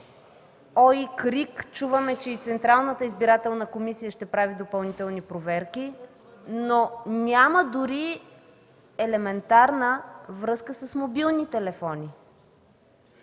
ОИК/РИК, чуваме, че и Централната избирателна комисия ще прави допълнителни проверки, но няма дори елементарна връзка с мобилни телефони.